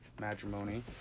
matrimony